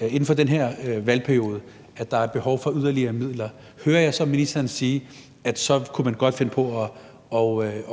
inden for den her valgperiode er behov for yderligere midler, hører jeg så ministeren sige, at man så godt kunne finde på